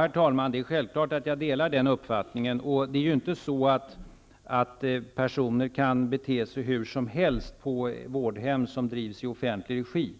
Herr talman! Det är självklart att jag delar den uppfattningen. Personer kan ju inte bete sig hur som helst på vårdhem som drivs i offentlig regi.